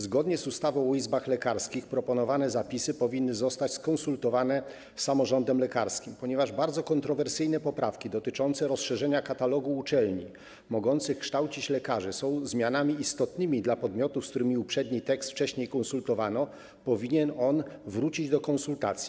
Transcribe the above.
Zgodnie z ustawą o izbach lekarskich proponowane zapisy powinny zostać skonsultowane z samorządem lekarskim, ponieważ bardzo kontrowersyjne poprawki dotyczące rozszerzenia katalogu uczelni mogących kształcić lekarzy są zmianami istotnymi dla podmiotów, z którymi uprzedni tekst wcześniej konsultowano, a więc powinien on wrócić do konsultacji.